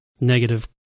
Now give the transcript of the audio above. negative